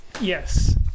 Yes